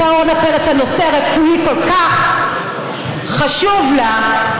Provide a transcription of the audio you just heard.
אותה אורנה פרץ, הנושא הרפואי כל כך חשוב לה.